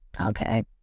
okay